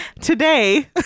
today